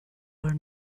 were